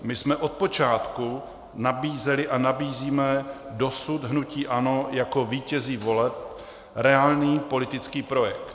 My jsme od počátku nabízeli a nabízíme dosud hnutí ANO jako vítězi voleb reálný politický projekt.